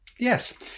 Yes